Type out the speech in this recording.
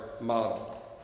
model